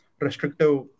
restrictive